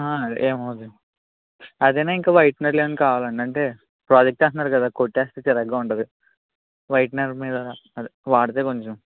ఏమి అవ్వదు అండి అదేనా ఇంకా వైట్నర్లు ఏమ్మన్న కావాలండి అంటే ప్రాజెక్ట్ అంటున్నారు కదా కొట్టేస్తే చిరాకుగా ఉంటుంది వైట్నర్ మీద అదే వాడితే కొంచెం